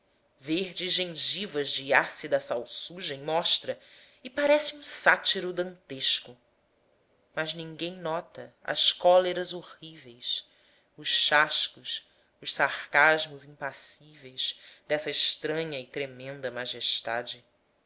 verdes gengivas de ácida salsugem mostra e parece um sátiro dantesco mas ninguém nota as cóleras horríveis os chascos os sarcasmos impassíveis dessa estranha e tremenda majestade